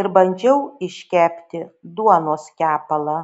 ir bandžiau iškepti duonos kepalą